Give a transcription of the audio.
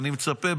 אני מצפה,